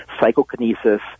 psychokinesis